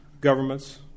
governments